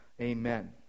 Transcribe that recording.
amen